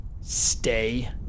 stay